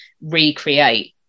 recreate